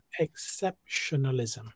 Exceptionalism